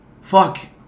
fuck